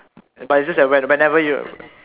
if it's just that whenever you